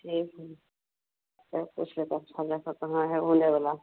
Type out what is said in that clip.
ठीक है चलो पूछ लेते हैं अच्छा जगह कहाँ है घूमने वाला